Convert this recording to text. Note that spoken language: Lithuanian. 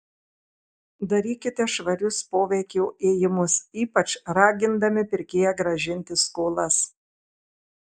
darykite švarius poveikio ėjimus ypač ragindami pirkėją grąžinti skolas